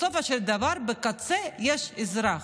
בסופו של דבר בקצה יש אזרח.